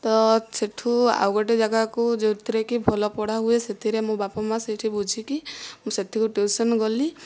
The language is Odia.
ତ ସେଇଠୁ ଆଉ ଗୋଟିଏ ଜାଗାକୁ ଯେଉଁଥିରେକି ଭଲ ପଢ଼ା ହୁଏ ସେଥିରେ ମୋ ବାପା ମା' ସେଇଠି ବୁଝିକି ମୁଁ ସେଠିକି ଟ୍ୟୁସନ୍ ଗଲି